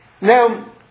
now